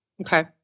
okay